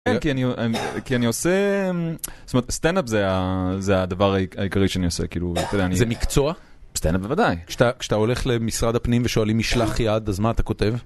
כן, כי אני עושה, זאת אומרת, סטנדאפ זה הדבר העיקרי שאני עושה, כאילו, אתה יודע, אני... זה מקצוע? סטנדאפ בוודאי. כשאתה הולך למשרד הפנים ושואלים משלח יד, אז מה אתה כותב?